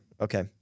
Okay